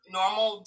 normal